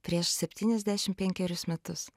prieš septyniasdešim penkerius metus